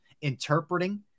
interpreting